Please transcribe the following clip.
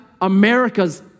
America's